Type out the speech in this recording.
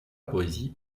poésie